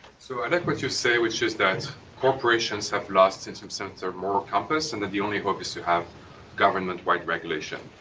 so i like what you say, which is that corporations have lost in some sense a moral compass and that the only hope is to have government-wide regulation.